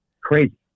Crazy